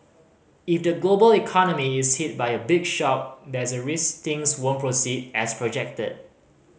if the global economy is hit by a big shock there's a risk things won't proceed as projected